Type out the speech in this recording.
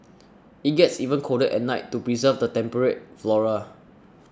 it gets even colder at night to preserve the temperate flora